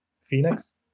Phoenix